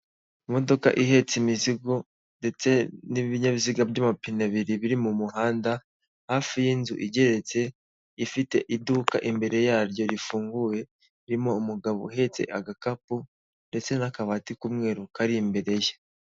Imodoka ihetse imizigo ndetse nibinyabiziga byamapine abiri biri mumuhanda hafi yinzu igeretse ifite iduka imbere yaryo rifunguye ririmo umugabo uhetse agakapu ndetse nakabati kumweru kari imbere ye.